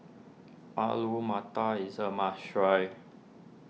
Alu Matar is a must try